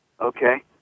okay